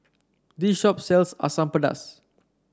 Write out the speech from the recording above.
this shop sells Asam Pedas